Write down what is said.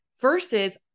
versus